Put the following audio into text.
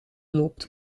loopt